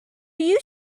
you